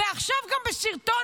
ועכשיו גם בסרטון,